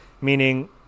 meaning